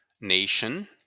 nation